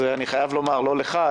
אז אני חייב לומר לא לך,